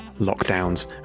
lockdowns